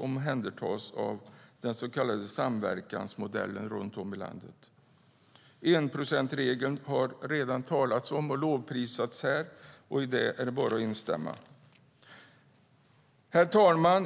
omhändertas av den så kallade samverkansmodellen runt om i landet. Det har redan talats om enprocentsregeln, och den har lovprisats. I det är det bara att instämma. Herr talman!